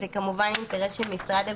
וכמובן, האינטרס של משרד הבריאות,